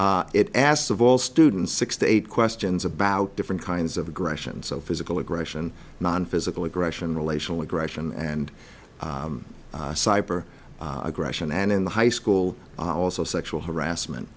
it asked of all students six to eight questions about different kinds of aggression so physical aggression nonphysical aggression relational aggression and cyber aggression and in the high school also sexual harassment